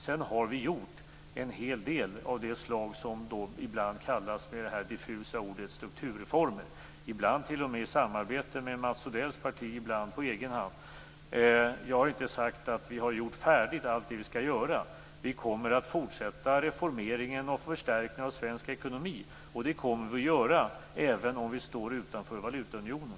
Sedan har vi genomfört en hel del av det som med ett diffust ord kallas för strukturreformer, ibland i samarbete med t.o.m. Mats Odells parti, ibland på egen hand. Jag har inte sagt att vi har gjort färdigt allt det som vi skall göra. Vi kommer att fortsätta reformeringen och förstärkningen av svensk ekonomi, även om vi står utanför valutaunionen.